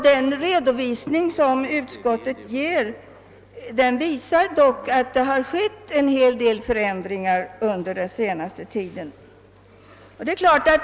Den redovisning som utskottet lämnar visar dock att det har skett en hel del förändringar under den senaste tiden.